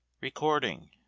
RECORDING